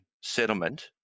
settlement